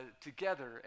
together